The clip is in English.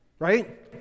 Right